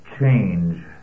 change